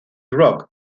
rock